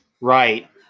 right